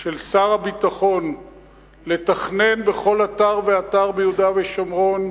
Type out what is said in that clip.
של שר הביטחון לתכנן בכל אתר ואתר ביהודה ושומרון,